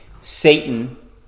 Satan